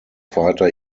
fighter